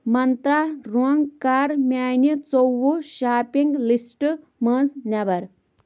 مَنترٛا رۄنٛگ کَر میٛانہِ ژوٚوُہ شاپِنٛگ لِسٹ منٛز نٮ۪بر